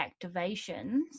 activations